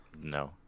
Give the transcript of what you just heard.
No